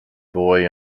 boy